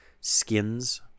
skins